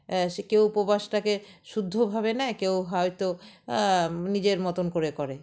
সে কেউ উপবাসটাকে শুদ্ধভাবে নেয় কেউ হয়তো নিজের মতন করে করে